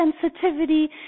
sensitivity